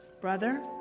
Brother